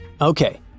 okay